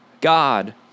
God